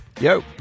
Yo